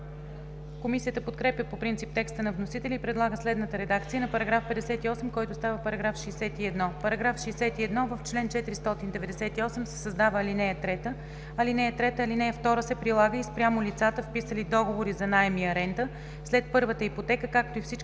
Комисията подкрепя по принцип текста на вносителя и предлага следната редакция на § 58, който става § 61. „§ 61. В чл. 498 се създава ал. 3: „(3) Ал. 2 се прилага и спрямо лицата, вписали договори за наеми и аренда след първата ипотека, както и всички